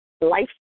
life